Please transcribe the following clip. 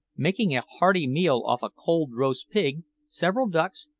making a hearty meal off a cold roast pig, several ducks,